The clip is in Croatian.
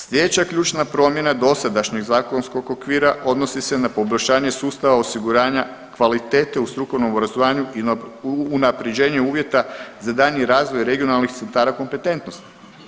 Sljedeća ključna promjena dosadašnjeg zakonskog okvira odnosi se na poboljšanje sustava osiguranja kvalitete u strukovnom obrazovanju i unapređenje uvjeta za daljnji razvoj regionalnih centara kompetentnosti.